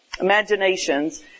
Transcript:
imaginations